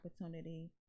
opportunity